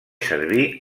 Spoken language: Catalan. serví